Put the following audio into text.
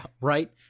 right